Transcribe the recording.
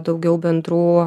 daugiau bendrų